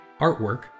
artwork